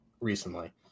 recently